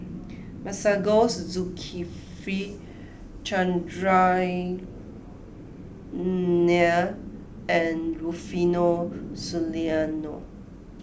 Masagos Zulkifli Chandran Nair and Rufino Soliano